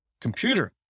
computer